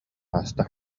ааста